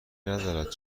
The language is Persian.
نداره